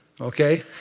Okay